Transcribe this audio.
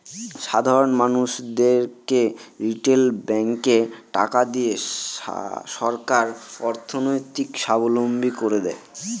সাধারন মানুষদেরকে রিটেল ব্যাঙ্কে টাকা দিয়ে সরকার অর্থনৈতিক সাবলম্বী করে দেয়